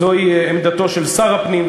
זאת עמדתו של שר הפנים,